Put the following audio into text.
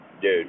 dude